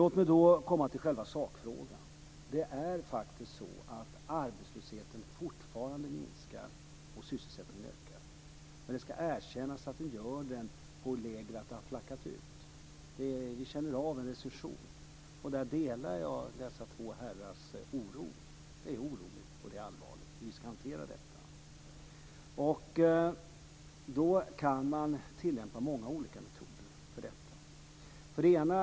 Låt mig då komma till själva sakfrågan. Det är faktiskt så att arbetslösheten fortfarande minskar och sysselsättningen ökar. Men det ska erkännas att det har flackat ut. Vi känner av recessionen. Där delar jag dessa två herrars oro. Det är oroligt och det är allvarligt, men vi ska hantera detta. Man kan tillämpa många olika metoder för detta.